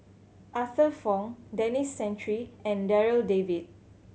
Arthur Fong Denis Santry and Darryl David